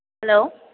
hello